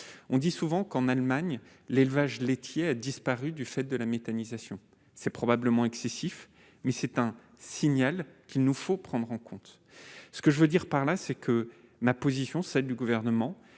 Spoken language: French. on dit souvent qu'en Allemagne l'élevage laitier a disparu du fait de la méthanisation, c'est probablement excessif, mais c'est un signal qu'il nous faut prendre en compte ce que je veux dire par là c'est que ma position, celle du gouvernement,